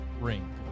ring